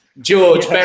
George